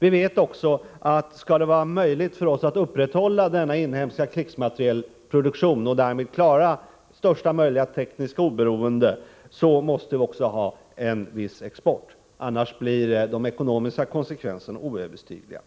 Vi vet också att om det skall vara möjligt att upprättahålla denna inhemska krigsmaterialproduktion och därmed klara största möjliga tekniska oberoende, då måste vi också ha en viss export, annars blir de ekonomiska konsekvenserna oöverstigliga.